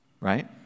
right